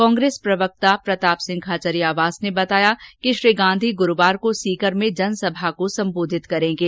कांग्रेस प्रवक्ता प्रताप सिंह खाचरियावास ने बताया कि श्री गांधी गुरूवार को सीकर में जनसभा को संबोधित करेंगे